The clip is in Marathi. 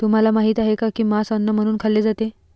तुम्हाला माहित आहे का की मांस अन्न म्हणून खाल्ले जाते?